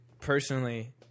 Personally